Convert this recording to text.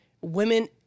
women